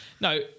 No